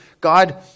God